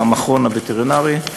למכון הווטרינרי,